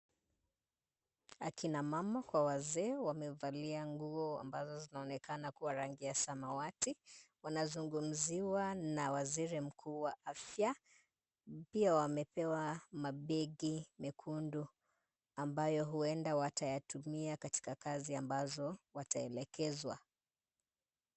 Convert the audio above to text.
Akina mama kwa wazee wamevalia nguo ambazo zinaonekana kuwa rangi ya samawati. Wanazungumziwa na waziri mkuu wa afya. Pia wamepewa ma bag mekundu ambayo huenda watayatumia katika kazi ambazo wataelekezwa.